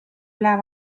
üle